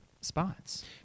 spots